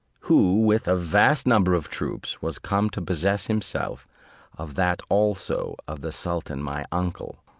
who with a vast number of troops was come to possess himself of that also of the sultan my uncle.